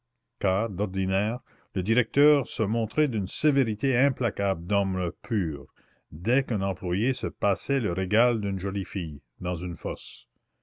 d'ordinaire le directeur se montrait d'une sévérité implacable d'homme pur dès qu'un employé se passait le régal d'une jolie fille dans une fosse